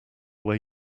way